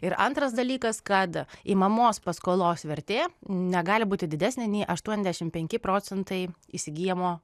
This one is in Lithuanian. ir antras dalykas kad imamos paskolos vertė negali būti didesnė nei aštuoniasdešimt penki procentai įsigyjamo